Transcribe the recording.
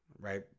right